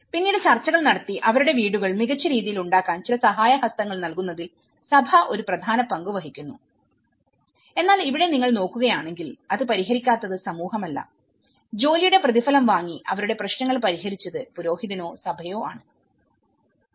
പിന്നീട് ചർച്ചകൾ നടത്തി അവരുടെ വീടുകൾ മികച്ച രീതിയിൽ ഉണ്ടാക്കാൻ ചില സഹായ ഹസ്തങ്ങൾ നൽകുന്നതിൽ സഭ ഒരു പ്രധാന പങ്ക് വഹിക്കുന്നു എന്നാൽ ഇവിടെ നിങ്ങൾ നോക്കുകയാണെങ്കിൽ അത് പരിഹരിക്കാത്തത് സമൂഹമല്ല ജോലിയുടെ പ്രതിഫലം വാങ്ങി അവരുടെ പ്രശ്നങ്ങൾ പരിഹരിച്ചത് പുരോഹിതനോ സഭയോ ആണ് അവർ അത് സ്വന്തം നേട്ടത്തിനായി ചെയ്യുന്നു